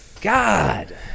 God